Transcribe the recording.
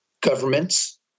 governments